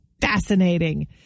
fascinating